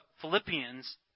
Philippians